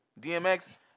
DMX